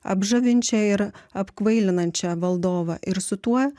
apžavinčia ir apkvailinančia valdovą ir su tuo